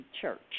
church